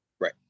Right